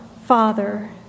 Father